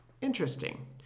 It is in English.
Interesting